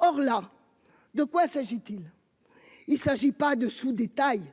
Or là, de quoi s'agit-il. Il s'agit pas de sous tailles.